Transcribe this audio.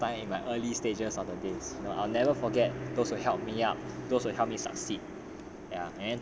for the very first time in my early stages on the days you know I'll never forget those who help me up those who help me succeed